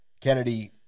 Kennedy